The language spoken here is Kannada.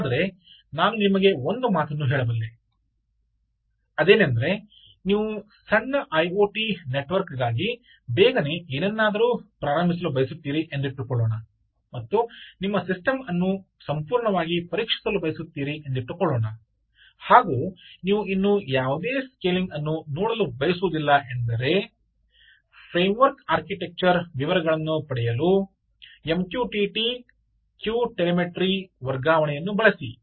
ಆದರೆ ನಾನು ನಿಮಗೆ ಒಂದು ಮಾತನ್ನು ಹೇಳಬಲ್ಲೆ ಅದೇನೆಂದರೆ ನೀವು ಸಣ್ಣ ಐಒಟಿ ನೆಟ್ವರ್ಕ್ಗಾಗಿ ಬೇಗನೆ ಏನನ್ನಾದರೂ ಪ್ರಾರಂಭಿಸಲು ಬಯಸುತ್ತೀರಿ ಎಂದಿಟ್ಟುಕೊಳ್ಳೋಣ ಮತ್ತು ನಿಮ್ಮ ಸಿಸ್ಟಮ್ ಅನ್ನು ಸಂಪೂರ್ಣವಾಗಿ ಪರೀಕ್ಷಿಸಲು ಬಯಸುತ್ತೀರಿ ಎಂದಿಟ್ಟುಕೊಳ್ಳೋಣ ಹಾಗೂ ನೀವು ಇನ್ನೂ ಯಾವುದೇ ಸ್ಕೇಲಿಂಗ್ ಅನ್ನು ನೋಡಲು ಬಯಸುವುದಿಲ್ಲ ಎಂದರೆ ಫ್ರೇಮ್ವರ್ಕ್ ಆರ್ಕಿಟೆಕ್ಚರ್ ವಿವರಗಳನ್ನು ಪಡೆಯಲು MQTT ಸಂದೇಶ ಕ್ಯೂ ಟೆಲಿಮೆಟ್ರಿ ವರ್ಗಾವಣೆಯನ್ನು ಬಳಸಿ